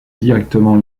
directement